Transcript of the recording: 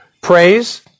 praise